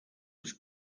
was